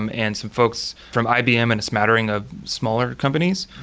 um and some folks from ibm and a smattering of smaller companies.